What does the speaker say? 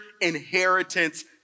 inheritance